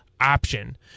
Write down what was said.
option